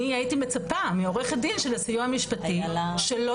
אני הייתי מצפה מעורכת דין של הסיוע המשפטי שלא